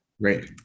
right